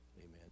amen